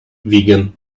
vegan